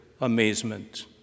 amazement